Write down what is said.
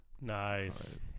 Nice